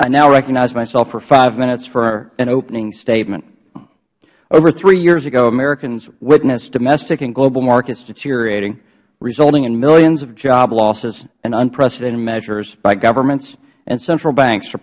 now recognize myself for five minutes for an opening statement over three years ago americans witnessed domestic and global markets deteriorating resulting in millions of job losses and unprecedented measures by governments and central banks